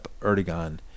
Erdogan